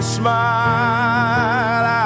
smile